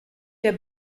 der